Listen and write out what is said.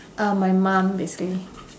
uh my mum basically